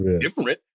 different